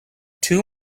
two